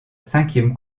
cinquième